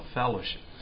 fellowship